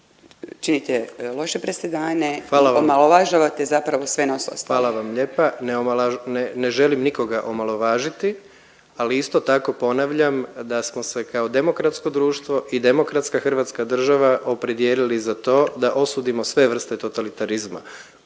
činite loše presedane i omalovažavate zapravo sve nas ostale. **Jandroković, Gordan (HDZ)** Hvala vam lijepa. Ne želim nikoga omalovažiti, ali isto tako ponavljam da smo se kao demokratsko društvo i demokratska Hrvatska država opredijelili za to da osudimo sve vrste totalitarizma